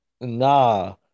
Nah